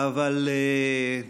של הכנסת העשרים-ואחת יום רביעי,